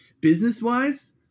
business-wise